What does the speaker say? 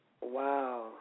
Wow